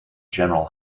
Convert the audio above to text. general